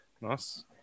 Nice